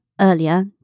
earlier